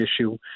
issue